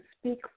speak